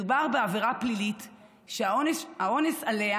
מדובר בעבירה פלילית שהעונש עליה